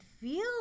feel